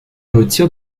retire